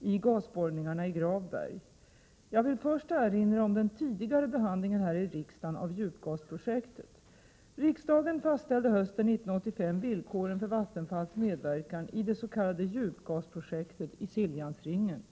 i gasborrningarna i Gravberg. Jag vill först erinra om den tidigare behandlingen här i riksdagen av djupgasprojektet. Riksdagen fastställde hösten 1985 villkoren för Vattenfalls medverkan i det s.k. djupgasprojektet i Siljansringen.